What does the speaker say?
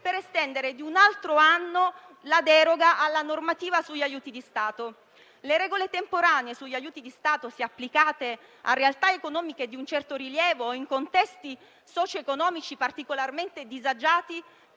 per estendere di un altro anno la deroga alla normativa sugli aiuti di Stato. Le regole temporanee sugli aiuti di Stato, se applicate a realtà economiche di un certo rilievo e in contesti socio-economici particolarmente disagiati,